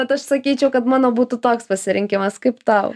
bet aš sakyčiau kad mano būtų toks pasirinkimas kaip tau